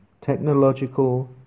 technological